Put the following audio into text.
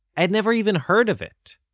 i had never even heard of it.